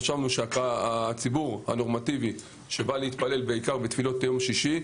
חשבנו שהציבור הנורמטיבי שבא להתפלל בעיקר בתפילות יום שישי,